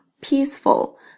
peaceful